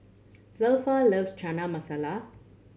Zelpha loves Chana Masala